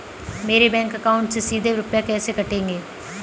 मेरे bank account से सीधे रुपए कैसे कटेंगे?